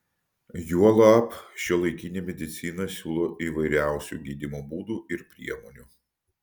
juolab šiuolaikinė medicina siūlo įvairiausių gydymo būdų ir priemonių